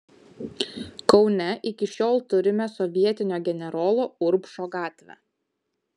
kaune iki šiol turime sovietinio generolo urbšo gatvę